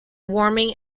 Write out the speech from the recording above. warming